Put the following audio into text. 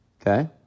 Okay